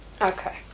Okay